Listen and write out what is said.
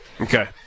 Okay